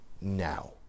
now